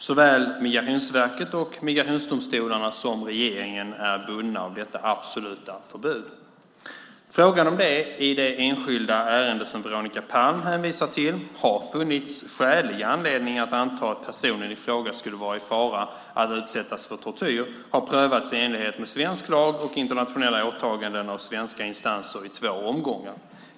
Såväl Migrationsverket och migrationsdomstolarna som regeringen är bundna av detta absoluta förbud. Frågan om det i det enskilda ärende som Veronica Palm hänvisar till har funnits skälig anledning att anta att personen i fråga skulle vara i fara för att utsättas för tortyr har prövats i enlighet med svensk lag och internationella åtaganden av svenska instanser i två omgångar.